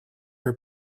her